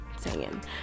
Singing